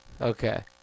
Okay